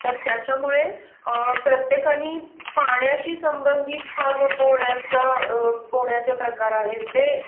तर त्याच्यामुळे प्रत्येकाने पाण्याशी संबंधित हा जो पोहण्याचा पोहण्याचे प्रकार आहेत ते